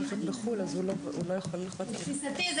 לתפיסתי,